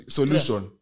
solution